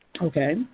Okay